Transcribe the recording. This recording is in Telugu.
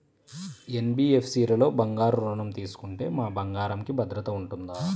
ఎన్.బీ.ఎఫ్.సి లలో బంగారు ఋణం తీసుకుంటే మా బంగారంకి భద్రత ఉంటుందా?